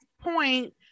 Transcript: point